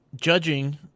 Judging